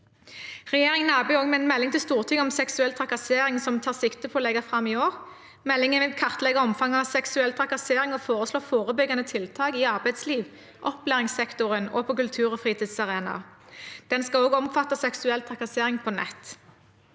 Regjeringen arbeider også med en melding til Stortinget om seksuell trakassering, som vi tar sikte på å legge fram i år. Meldingen vil kartlegge omfanget av seksuell trakassering og foreslå forebyggende tiltak i arbeidslivet, opplæringssektoren og på kultur- og fritidsarenaen. Den skal også omfatte seksuell trakassering på nett.